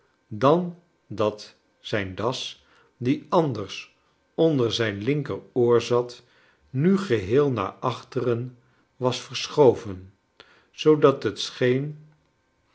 dan dat zijn das die anders onder zijn linker oor zat nu geheel naar achteren was verschoven zoodat het scheen